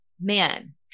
man